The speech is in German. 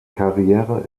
karriere